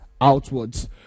outwards